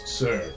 sir